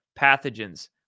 pathogens